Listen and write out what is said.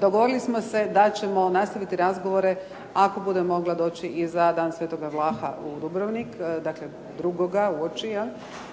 Dogovorili smo se da ćemo nastaviti razgovore ako budem mogla doći i za Dan sv. Vlaha u Dubrovnik, dakle …/Govornica